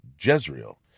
Jezreel